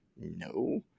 no